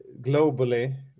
globally